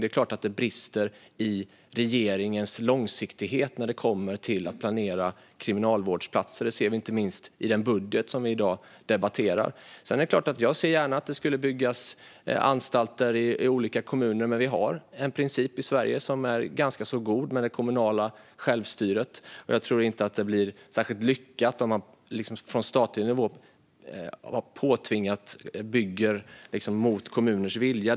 Det är klart att det brister i regeringens långsiktighet när det gäller att planera kriminalvårdsplatser. Det ser vi inte minst i den budget som vi i dag debatterar. Jag ser självklart gärna att det byggs anstalter i olika kommuner, men vi har en god princip i Sverige i och med det kommunala självstyret. Det blir inte särskilt lyckat om man från statlig nivå påtvingat bygger något mot kommuners vilja.